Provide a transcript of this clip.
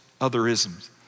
otherisms